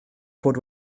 bod